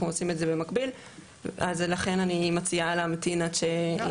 עושים את זה במקביל אז לכן אני מציעה להמתין עד ש- את